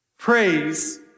Praise